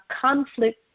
conflict